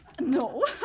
No